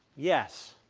yes.